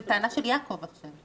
זו טענה של יעקב עכשיו.